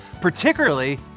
particularly